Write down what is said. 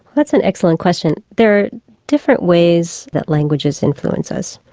that's an excellent question. there are different ways that languages influence us.